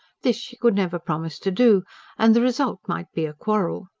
this, she could never promise to do and the result might be a quarrel.